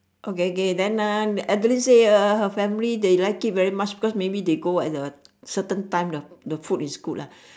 okay okay then ah adeline say ah her family they like it very much because they go at a certain time the food is good lah